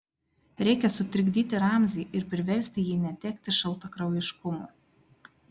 reikia sutrikdyti ramzį ir priversti jį netekti šaltakraujiškumo